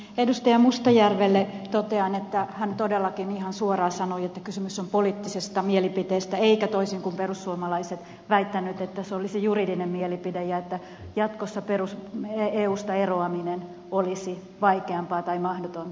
edustaja mustajärvelle totean että hän todellakin ihan suoraan sanoi että kysymys on poliittisesta mielipiteestä eikä hän toisin kuin perussuomalaiset väittänyt että se olisi juridinen mielipide ja että jatkossa eusta eroaminen olisi vaikeampaa tai mahdotonta